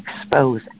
expose